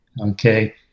okay